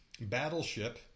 Battleship